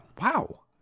Wow